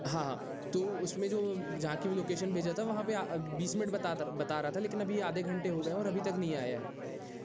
हाँ हाँ तो उसमें जो जहाँ की भी लोकेशन भेजा था उसमें बीस मिनट बता रहा था लेकिन आधे घंटे हो गए हैं और अभी तक नहीं आया है